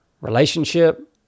relationship